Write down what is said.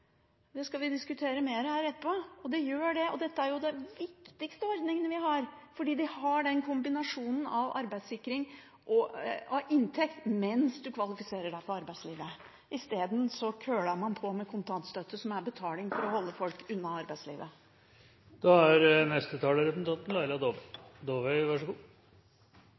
Det skal vi diskutere mer etterpå. Dette er jo en av de viktigste ordningene vi har, fordi den kombinerer sikring av inntekt mens du kvalifiserer deg for arbeidslivet. I stedet køler man på med kontantstøtte, som er betaling for å holde folk unna arbeidslivet. Jeg hører at en del fra regjeringspartiene snakker mye om annet enn det som ligger i dette forslaget, som Kristelig Folkeparti mener er